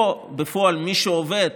פה, בפועל, מי שעובד